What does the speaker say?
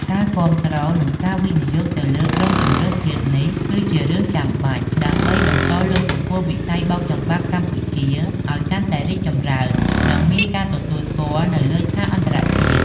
ការគាំទ្រ និងការវិនិយោគទៅលើក្រុមជម្រើសជាតិនេះ គឺជារឿងចាំបាច់ដើម្បីបន្តលើកកម្ពស់វិស័យបោកចំបាប់កម្ពុជាឲ្យកាន់តែរីកចម្រើន និងមានការទទួលស្គាល់នៅលើឆាកអន្តរជាតិ។